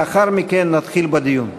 לאחר מכן נתחיל בדיון.